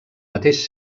mateix